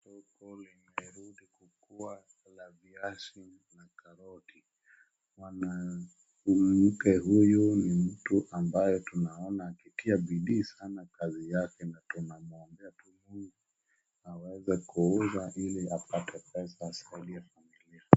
Soko limerudi kukuwa la viazi na karoti. Mwanamke huyu ni mtu ambaye tuanaona akitia sana bidii kazi yake na tunamwombea tu Mungu aweze kuuza ili apate pesa asaidie familia.